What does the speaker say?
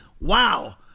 Wow